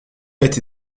été